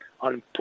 on